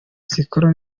zikora